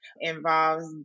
involves